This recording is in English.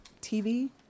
TV